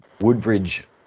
Woodbridge